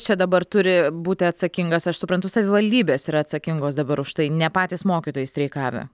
čia dabar turi būti atsakingas aš suprantu savivaldybės yra atsakingos dabar už tai ne patys mokytojai streikavę